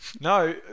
no